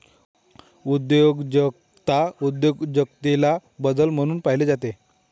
उद्योजकता उद्योजकतेला बदल म्हणून पाहिले जाते